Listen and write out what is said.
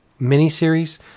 miniseries